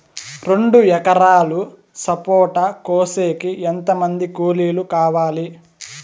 రెండు ఎకరాలు సపోట కోసేకి ఎంత మంది కూలీలు కావాలి?